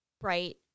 bright